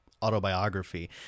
autobiography